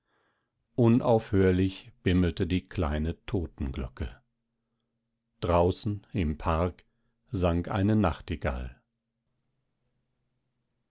unaufhörlich bimmelte die kleinen totenglocke draußen im park sang eine nachtigall